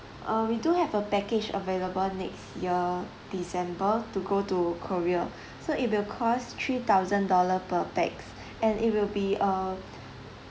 uh we do have a package available next year december to go to korea so it will cost three thousand dollar per pax and it will be a